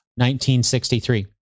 1963